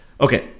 Okay